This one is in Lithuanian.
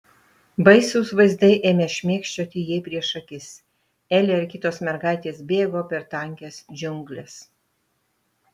baisūs vaizdai ėmė šmėkščioti jai prieš akis elė ir kitos mergaitės bėgo per tankias džiungles